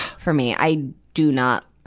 for me. i do not,